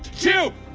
two,